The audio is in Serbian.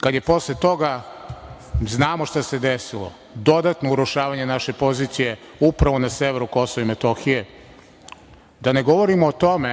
kad posle toga znamo šta se desilo, dodatno urušavanje naše pozicije upravo na severu Kosova i Metohije? Da ne govorimo o tome